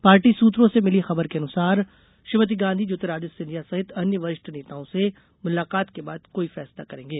party सूत्रों से मिली खबर के अनुसार श्रीमती गांधी ज्योतिरादित्य सिंधिया सहित अन्य वरिष्ठ नेताओं से मुलाकात के बाद कोई फैसला करेंगे